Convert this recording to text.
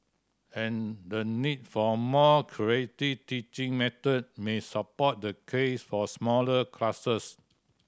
and the need for more creative teaching method may support the case for smaller classes